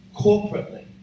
corporately